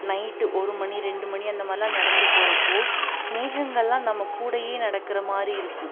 night ஒரு மணி ரெண்டு மணி அந்தமாதிரில்லாம் நடந்து போகிறப்போ மேகங்கள்லாம் நம்மக்கூடயே நடக்கிற மாதிரி இருக்கும்